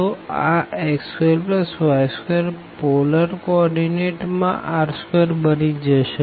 તો આ x2y2 polar coordinate માં r2બની જશે